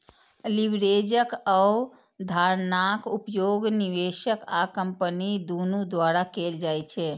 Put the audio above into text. लीवरेजक अवधारणाक उपयोग निवेशक आ कंपनी दुनू द्वारा कैल जाइ छै